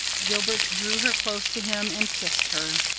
gilbert drew her close to him and kissed her.